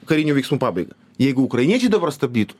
karinių veiksmų pabaigą jeigu ukrainiečiai dabar stabdytų